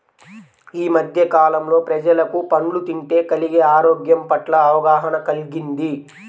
యీ మద్దె కాలంలో ప్రజలకు పండ్లు తింటే కలిగే ఆరోగ్యం పట్ల అవగాహన కల్గింది